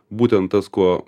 būtent tas kuo